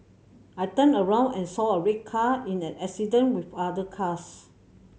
I turned around and saw a red car in an accident with other cars